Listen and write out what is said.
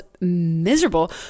miserable